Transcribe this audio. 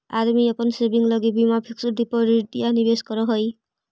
आदमी अपन सेविंग लगी बीमा फिक्स डिपाजिट या निवेश करऽ हई